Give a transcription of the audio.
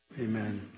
amen